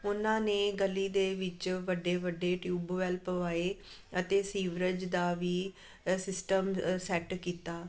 ਉਨਾਂ ਨੇ ਗਲੀ ਦੇ ਵਿੱਚ ਵੱਡੇ ਵੱਡੇ ਟਿਊਬਵੈਲ ਪਵਾਏ ਅਤੇ ਸੀਵਰਜ ਦਾ ਵੀ ਅਸਿਸਟਮ ਸੈੱਟ ਕੀਤਾ